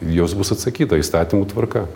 į juos bus atsakyta įstatymų tvarka